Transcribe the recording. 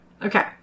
Okay